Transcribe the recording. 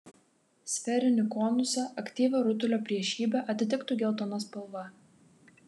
sferinį konusą aktyvią rutulio priešybę atitiktų geltona spalva